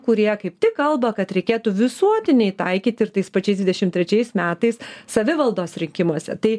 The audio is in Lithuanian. kurie kaip tik kalba kad reikėtų visuotiniai taikyt ir tais pačiais dvidešim trečiais metais savivaldos rinkimuose tai